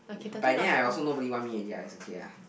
by then I also nobody want me already ah it's okay ah